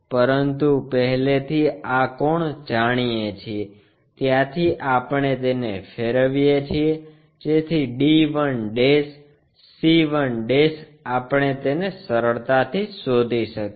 પરંતુ પહેલેથી આ કોણ જાણીએ છીએ ત્યાંથી આપણે તેને ફેરવીએ છીએ જેથી d 1 c 1 આપણે તેને સરળતાથી શોધી શકીએ